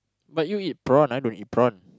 but you eat prawn I don't eat prawn